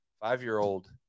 five-year-old